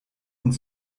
und